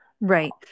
Right